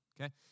Okay